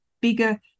bigger